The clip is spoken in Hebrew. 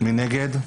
מי נגד?